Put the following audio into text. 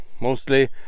mostly